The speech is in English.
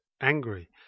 angry